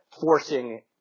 forcing